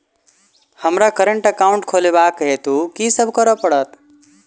हमरा current account खोलेवाक हेतु की सब करऽ पड़त?